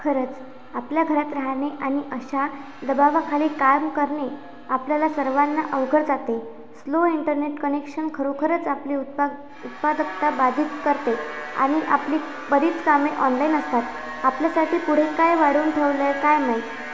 खरंच आपल्या घरात राहणे आणि अशा दबावाखाली काम करणे आपल्याला सर्वांना अवघड जाते स्लो इंटरनेट कनेक्शन खरोखरंच आपली उत्पा उत्पादकता बाधित करते आणि आपली बरीच कामे ऑनलाईन असतात आपल्यासाठी पुढे काय वाढून ठेवलं आहे काय माहीत